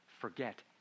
forget